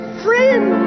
friend